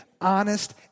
honest